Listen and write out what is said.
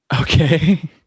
Okay